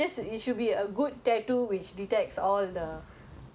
no no which store which store Q_R code would you put